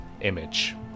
image